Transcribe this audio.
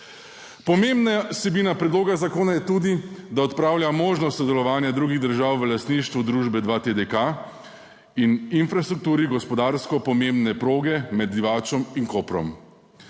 Pomembna vsebina predloga zakona je tudi, da odpravlja možnost sodelovanja drugih držav v lastništvu družbe 2TDK in infrastrukturi gospodarsko pomembne proge med Divačo in Koprom.